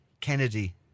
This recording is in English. Kennedy